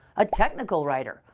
a technical writer,